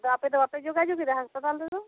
ᱟᱫᱚ ᱟᱯᱮ ᱫᱚ ᱵᱟᱯᱮ ᱡᱳᱜᱟᱡᱳᱜᱮᱫᱟ ᱦᱟᱥᱯᱟᱛᱟᱞ ᱨᱮᱫᱚ